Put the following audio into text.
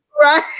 Right